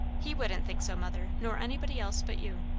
he wouldn't think so, mother, nor anybody else but you.